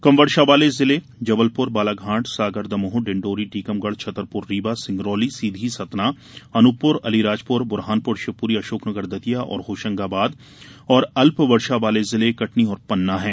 कम वर्षा वाले जिले जबलपुर बालाघाट सागर दमोह डिंडोरी टीकमगढ़ छतरपुर रीवा सिंगरौली सीधी सतना अनूपपुर अलीराजपुर ब्रहानपुर शिवपुरी अशोकनगर दतिया और होशंगाबाद तथा अल्प वर्षा वाले जिले कटनी और पन्ना हैं